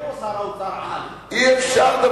אורי יוגב הוא שר-אוצר-על.